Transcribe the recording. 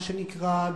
מה שנקרא,